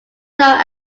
known